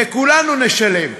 וכולנו נשלם.